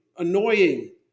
Annoying